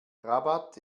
rabat